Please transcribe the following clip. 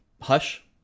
Hush